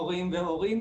מורים והורים,